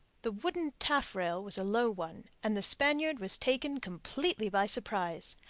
the wooden taffrail was a low one, and the spaniard was taken completely by surprise.